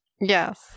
Yes